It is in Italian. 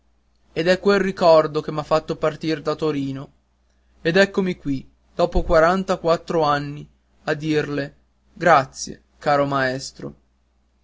ed è quel ricordo che m'ha fatto partir da torino ed eccomi qui dopo quarantaquattro anni a dirle grazie caro maestro